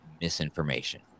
misinformation